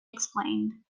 explained